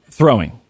Throwing